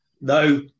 No